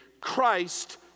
Christ